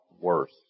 worse